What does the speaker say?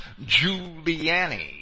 Giuliani